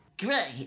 Great